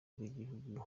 rw’igihugu